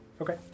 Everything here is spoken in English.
okay